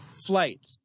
Flight